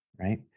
right